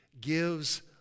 gives